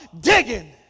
digging